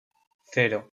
cero